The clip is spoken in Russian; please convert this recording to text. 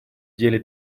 деле